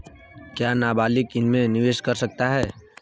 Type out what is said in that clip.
क्या नाबालिग इसमें निवेश कर सकता है?